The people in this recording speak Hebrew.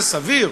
זה סביר.